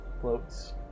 floats